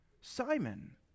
Simon